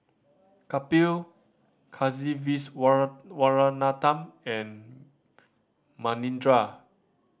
Kapil Kasiviswanathan and Manindra